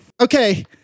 Okay